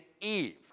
Eve